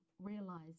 realize